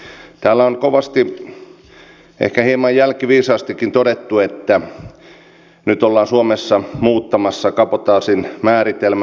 täällä on kovasti ehkä hieman jälkiviisaastikin todettu että nyt ollaan suomessa muuttamassa kabotaasin määritelmää